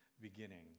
beginning